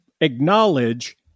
acknowledge